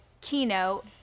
keynote